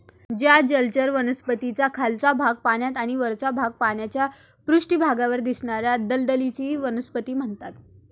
ज्या जलचर वनस्पतींचा खालचा भाग पाण्यात आणि वरचा भाग पाण्याच्या पृष्ठभागावर दिसणार्याना दलदलीची वनस्पती म्हणतात